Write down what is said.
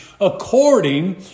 according